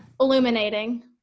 illuminating